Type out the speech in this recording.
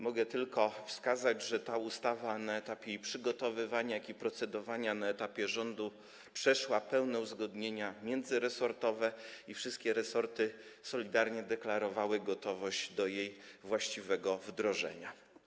Mogę tylko wskazać, że ta ustawa na etapie zarówno przygotowywania, jak i procedowania w przypadku rządu przeszła pełne uzgodnienia międzyresortowe i wszystkie resorty solidarnie deklarowały gotowość do jej właściwego wdrożenia.